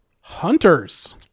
Hunters